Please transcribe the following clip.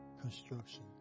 construction